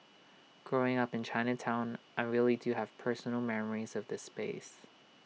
growing up in Chinatown I really do have personal memories of this space